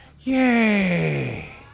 Yay